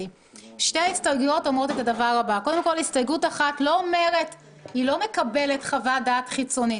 הסתייגות אחת אומרת שלא מקבלים חוות דעת חיצונית,